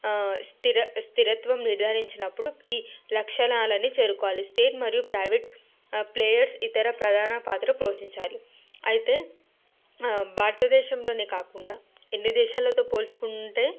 ఆ స్థిర స్థిరత్వం నిర్ధారించినప్పుడు ఈ లక్షణాలని చేరుకోవాలి స్టేట్ మరియు ప్రైవేట్ ప్లెయర్స్ ఇతర ప్రధాన పాత్ర పోషించాలి అయితే భారతదేశంలోనే కాకుండా ఎన్ని దేశాలతో పోల్చుకుంటే